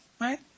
Right